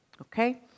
okay